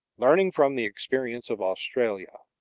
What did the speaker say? learning from the experience of australia,